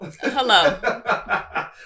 Hello